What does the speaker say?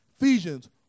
Ephesians